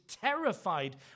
terrified